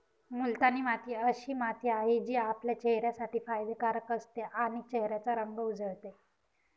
मुलतानी माती अशी माती आहे, जी आपल्या चेहऱ्यासाठी फायदे कारक असते आणि चेहऱ्याचा रंग उजळते